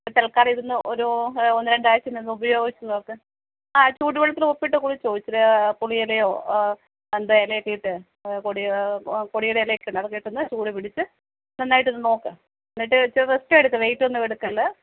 തൽക്കാലം ഇതൊന്ന് ഒരു ഒന്ന് രണ്ടാഴ്ച്ച ഒന്ന് ഉപയോഗിച്ച് നോക്ക് ആ ചൂട് വെള്ളത്തിൽ ഉപ്പിട്ട് കുളിച്ചോ ഇച്ചിരി പുളിയിലയോ അന്തെ ഇലയൊക്കെ ഇട്ട് പൊടി പൊടിയുടെ ഇലയൊക്കെയുണ്ട് അതൊക്കെ ഇട്ട് ഒന്ന് ചൂട് പിടിച്ച് നന്നായിട്ടൊന്ന് നോക്ക് എന്നിട്ട് ഇച്ചിരി റസ്റ്റ് എടുക്ക് വെയ്റ്റ് ഒന്നും എടുക്കല്ലേ